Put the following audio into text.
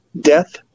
Death